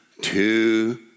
two